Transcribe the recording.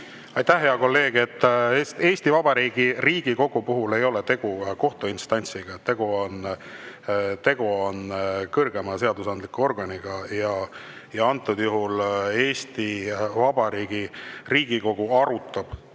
Aitäh, hea kolleeg! Eesti Vabariigi Riigikogu puhul ei ole tegu kohtuinstantsiga. Tegu on kõrgeima seadusandliku organiga ja antud juhul Eesti Vabariigi Riigikogu arutab